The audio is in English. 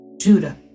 Judah